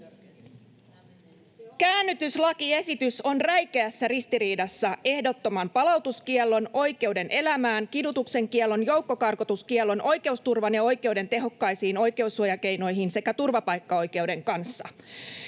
Käännytyslakiesitys on räikeässä ristiriidassa ehdottoman palautuskiellon, oikeuden elämään, kidutuksen kiellon, joukkokarkotuskiellon, oikeusturvan ja oikeuden tehokkaisiin oikeussuojakeinoihin sekä turvapaikkaoikeuden kanssa.